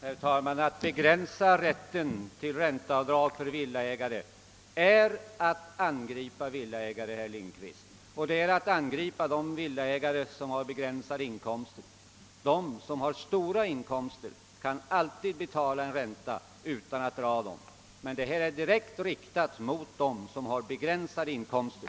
Herr talman! Att vilja begränsa rätten till ränteavdrag för villaägare är att angripa villaägare, herr Lindkvist. Det är ett angrepp mot de villaägare som har begränsade inkomster. De som har stora inkomster kan alltid betala den ränta som utgår, men denna motion är direkt riktad mot dem som har begränsade inkomster.